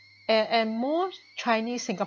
a~ and most Chinese singapore